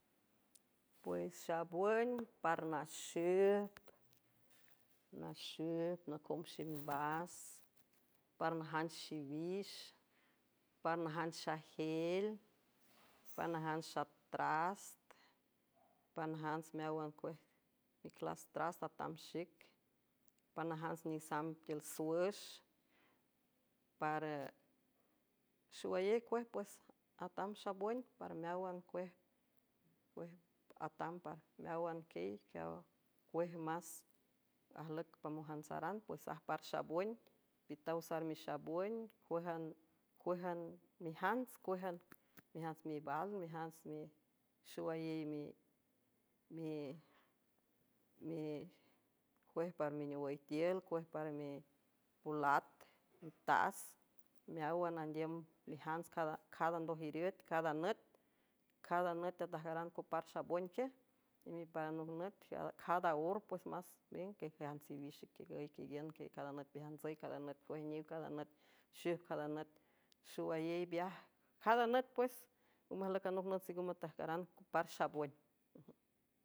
Pues xabün parnaxüb naxüeb nacom ximbas par najanch xiwix par najanch xajel panajanth xatras panajants meáwan cuej miclas trast atam xic panajants nisamb tiül swüx prxowayey cuej pues atam xabon par meáwaneatam parmeáwan quiejquiw cuej más ajlüc pamojantsaran pues ajpar xabon pitaw sar mixabün cuejancuejan mejants cuejan mejants mival mejants xowayey icuej par miniowüy tiül cuej para mipulat mitas meáwan andiüm mejants cadandojiriüet cada nüt cada nüt teatajgaran copar xaboin quiej y miparanoj nüt cada or pues más miüng quiecajants xiwix xicquigüy quiguiün quiey cada nüt bejantsüy cada nüt cuajaniw cada nüt xij cada nüt xowayeybiaj cada nüt pues ngo majlü canoc nüt singüw matajcaran cpar xabon.